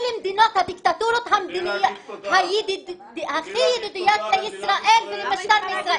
אלה מדינות הדיקטטוריות הכי ידידותיות לישראל.